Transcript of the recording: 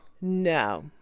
No